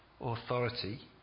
authority